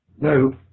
No